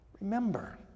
Remember